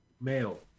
male